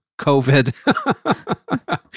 COVID